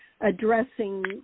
addressing